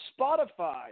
Spotify